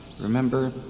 remember